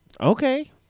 Okay